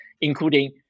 including